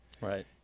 Right